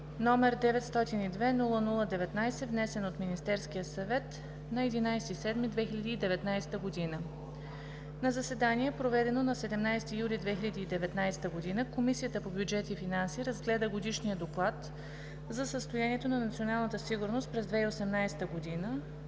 г., № 902-00-19, внесен от Министерския съвет на 11 юли 2019 г. На заседание, проведено на 17 юли 2019 г., Комисията по бюджет и финанси разгледа Годишния доклад за състоянието на националната сигурност през 2018 г.,